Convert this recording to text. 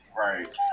right